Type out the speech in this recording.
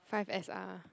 five S R